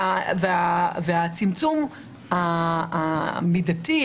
והצמצום המידתי,